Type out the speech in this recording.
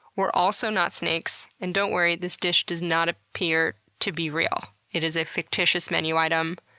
were also not snakes and don't worry, this dish does not appear to be real, it is a fictitious menu item.